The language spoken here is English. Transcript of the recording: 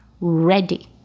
ready